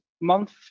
month